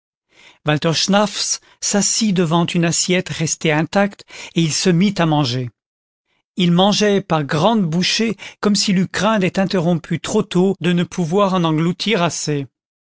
s'assit devant une assiette restée intacte et il se mit à manger il mangeait par grandes bouchées comme s'il eût craint d'être interrompu trop tôt de n'en pouvoir engloutir assez